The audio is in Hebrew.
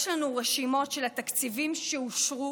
יש לנו רשימות של התקציבים שאושרו